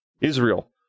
Israel